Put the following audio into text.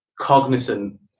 cognizant